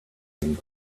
been